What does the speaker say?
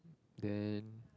then